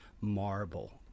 marble